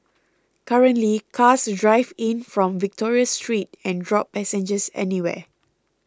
currently cars drive in from Victoria Street and drop passengers anywhere